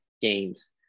games